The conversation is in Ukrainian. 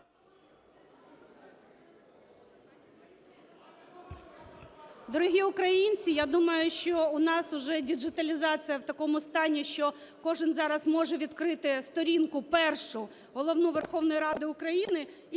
Дорогі українці, я думаю, що у нас уже діджиталізація в такому стані, що кожен зараз може відкрити сторінку першу, головну, Верховної Ради України